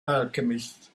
alchemist